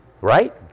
Right